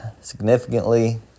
significantly